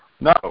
No